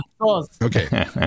okay